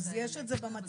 אז יש את זה במצגת.